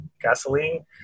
gasoline